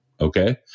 Okay